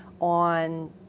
on